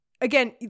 Again